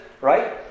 right